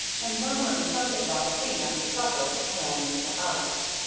and, murmuring something about seeing after supper, ran into the house.